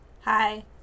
Hi